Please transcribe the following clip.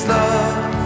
love